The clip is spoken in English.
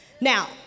now